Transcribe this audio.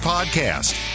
Podcast